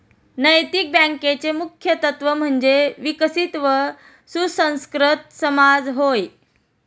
नैतिक बँकेचे मुख्य तत्त्व म्हणजे विकसित व सुसंस्कृत समाज होय